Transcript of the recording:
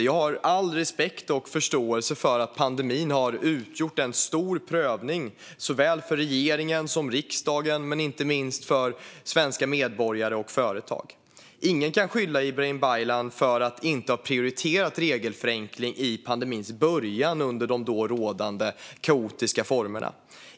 Jag har all respekt och förståelse för att pandemin har utgjort en stor prövning såväl för regeringen som för riksdagen, men inte minst för svenska medborgare och företag. Ingen kan skylla Ibrahim Baylan för att regelförenkling inte prioriterades i pandemins början, under de då rådande kaotiska formerna.